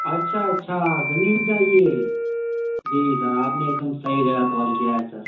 اچھا اچھا زمین چاہیے جی سر آپ نے ایک دم صحیح جگہ کال کیا ہے سر